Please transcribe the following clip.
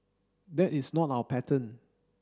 that is not our pattern